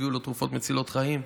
הביאו לו תרופות מצילות חיים,